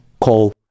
call